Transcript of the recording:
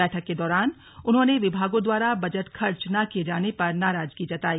बैठक के दौरान उन्होंने विभागों द्वारा बजट खर्च न किये जाने पर नाराजगी जताई